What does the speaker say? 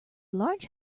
large